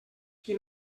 qui